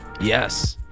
Yes